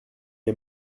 est